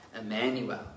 Emmanuel